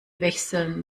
wechseln